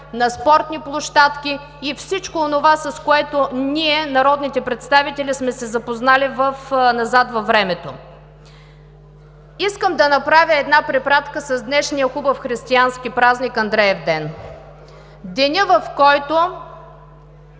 на спортни площадки и всичко онова, с което ние, народните представители, сме се запознали назад във времето. Искам да направя препратка с днешния хубав християнски празник – Андреевден. Денят, в който